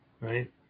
Right